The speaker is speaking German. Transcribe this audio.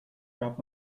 gab